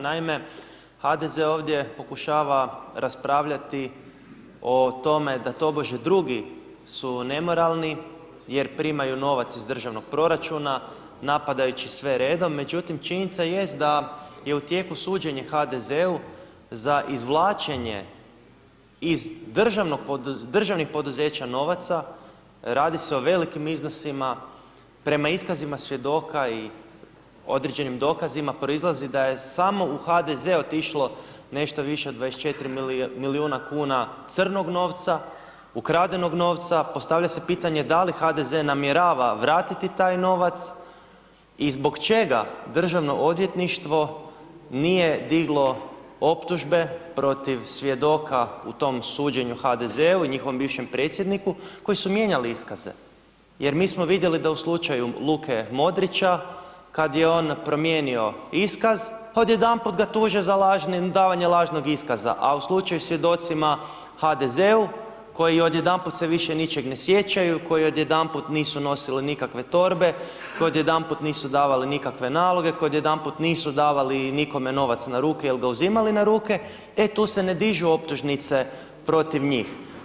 Naime, HDZ ovdje pokušava raspravljati o tome da tobože drugi su nemoralni jer primaju novac iz državnog proračuna napadajući sve redom međutim činjenica jest da je u tijeku je suđenje HDZ-u za izvlačenje iz državnog poduzeća novaca, radi se velikim iznosima, prema iskazima svjedoka i određenim dokazima, proizlazi da je samo u HDZ otišlo nešto više od 24 milijuna kuna crnog novca, ukradenog novca, postavlja se pitanje da li HDZ namjerava vratiti taj novac i zbog čega Državnog odvjetništvo nije diglo optužbe protiv svjedoka u tom suđenju HDZ-u i njihovom bivšem predsjedniku koji su mijenjali iskaze jer mi smo vidjeli da u slučaju Luke Modrića kad je on promijenio iskaz, odjedanput ga tuže za davanje lažnog iskaza a u slučaju svjedocima HDZ-u koji odjedanput se više ničeg ne sjećaju, koji odjedanput nisu nosili nikakve torbe, odjedanput nisu davali nikakve naloge, koji odjedanput nisu davali nikome novac na ruke ili ga uzimali na ruke, e tu se ne dižu optužnice protiv njih.